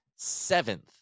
Seventh